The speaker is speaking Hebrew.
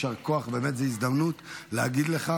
זו באמת הזדמנות להגיד לך,